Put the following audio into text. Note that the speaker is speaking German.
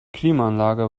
klimaanlage